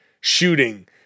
shooting